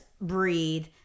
breathe